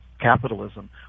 capitalism